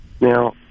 Now